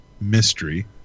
mystery